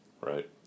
right